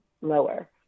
lower